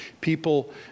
people